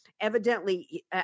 Evidently